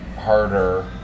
harder